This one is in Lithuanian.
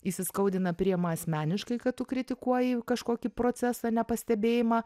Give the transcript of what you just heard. įsiskaudina priima asmeniškai kad tu kritikuoji kažkokį procesą nepastebėjimą